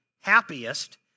happiest